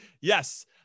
Yes